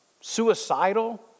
suicidal